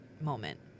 moment